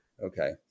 Okay